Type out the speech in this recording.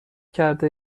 کرده